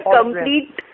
complete